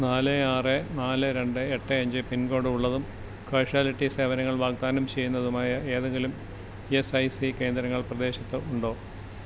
നാല് ആറ് നാല് രണ്ട് എട്ട് അഞ്ച് പിൻ കോഡ് ഉള്ളതും കാഷ്വാലിറ്റി സേവനങ്ങൾ വാഗ്ദാനം ചെയ്യുന്നതുമായ ഏതെങ്കിലും ഈ എസ് ഐ സീ കേന്ദ്രങ്ങൾ പ്രദേശത്ത് ഉണ്ടോ